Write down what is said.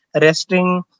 resting